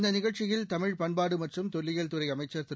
இந்த நிகழ்ச்சியில் தமிழ் பண்பாடு மற்றும் தொல்லியல் துறை அமைச்சர் திரு